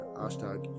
hashtag